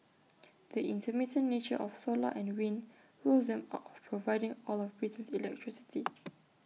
the intermittent nature of solar and wind rules them out of providing all of Britain's electricity